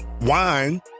wine